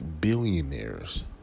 billionaires